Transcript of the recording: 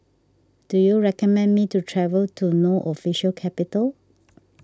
do you recommend me to travel to No Official Capital